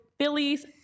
Phillies